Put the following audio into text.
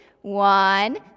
One